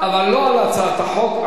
אבל לא על הצעת החוק,